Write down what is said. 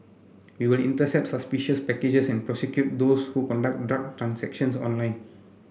we will intercept suspicious packages and prosecute those who conduct drug transactions online